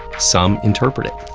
some interpret it,